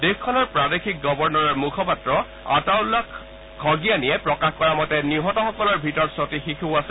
দেশখনৰ প্ৰাদেশিক গভৰৰ মুখপাত্ৰ আটউল্লাহ খগিয়ানিয়ে প্ৰকাশ কৰা মতে নিহতসকলৰ ভিতৰত ছটি শিশুও আছে